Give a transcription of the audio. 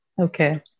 Okay